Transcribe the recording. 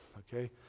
ok?